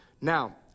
now